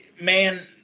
man